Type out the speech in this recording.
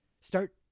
Start